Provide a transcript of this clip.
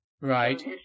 Right